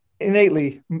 innately